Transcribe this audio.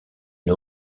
une